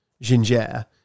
ginger